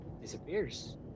Disappears